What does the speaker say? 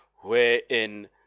wherein